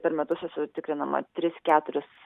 per metus esu tikrinama tris keturis